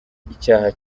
icyaha